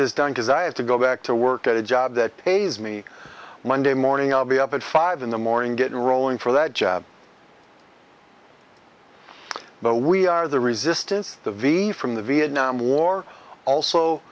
this done because i have to go back to work at a job that pays me monday morning i'll be up at five in the morning get rolling for that job but we are the resistance to the v from the vietnam war